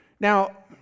Now